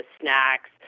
snacks